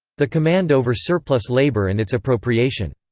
the command over surplus-labour and its appropriation.